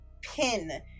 pin